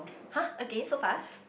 !huh! again so fast